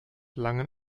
langem